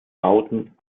bauten